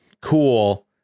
Cool